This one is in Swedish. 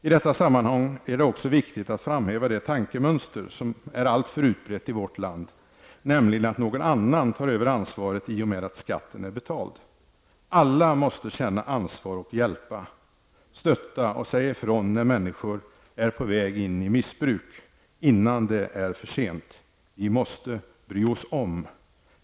I detta sammanhang är det också viktigt att framhäva det tankemönster som är alltför utbrett i vårt land, nämligen att någon annan tar över ansvaret i och med att skatten är betald. Alla måste känna ansvar och hjälpa, stötta och säga ifrån när människor är på väg in i missbruk, innan det är för sent. Vi måste bry oss om.